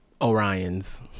Orion's